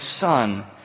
son